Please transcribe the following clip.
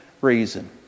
reason